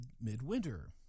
midwinter